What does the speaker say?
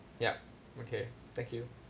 yup okay thank you